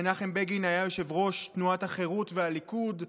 מנחם בגין היה יושב-ראש תנועת החרות והליכוד,